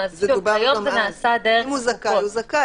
אם הו זכאי, הוא זכאי.